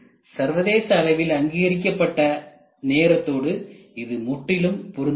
சர்வதேச அளவில் அங்கீகரிக்கப்பட்ட நேரத்தோடு இது முற்றிலும் பொருந்தவில்லை